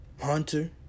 Hunter